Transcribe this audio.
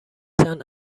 چند